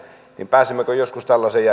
pääsemmekö joskus tällaiseen